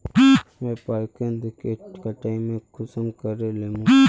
व्यापार केन्द्र के कटाई में कुंसम करे लेमु?